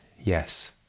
yes